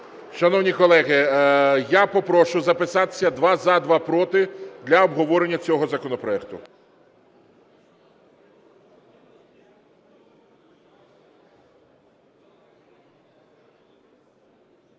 Шановні колеги, я попрошу записатися: два – за, два – проти, для обговорення цього законопроекту.